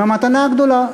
עם המתנה הגדולה.